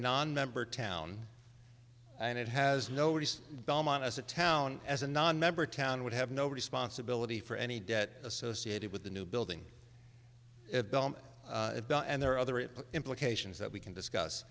nonmember town and it has noticed belmont as a town as a nonmember town would have no responsibility for any debt associated with the new building and there are other ip implications that we can discuss